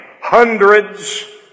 hundreds